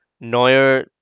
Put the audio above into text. Neuer